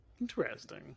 Interesting